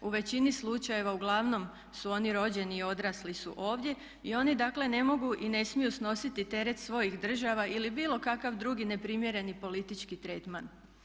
U većini slučajeva uglavnom su oni rođeni i odrasli su ovdje i oni dakle ne mogu i ne smiju snositi teret svojih država ili bilo kakav drugi neprimjereni politički tretman.